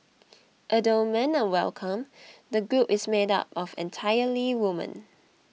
although men are welcome the group is made up of entirely women